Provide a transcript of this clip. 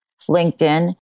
LinkedIn